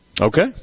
Okay